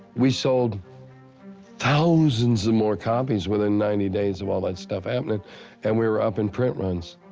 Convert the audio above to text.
we sold thousands of more copies within ninety days of all that stuff happenin' and we were uppin' print runs.